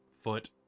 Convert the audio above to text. foot